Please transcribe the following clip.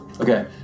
Okay